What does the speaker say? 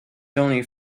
tony